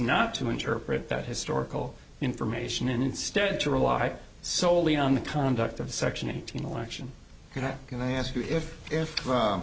not to interpret that historical information and instead to rely solely on the conduct of section eighteen election can i can i ask you if